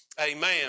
Amen